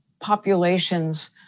populations